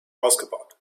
ausgebaut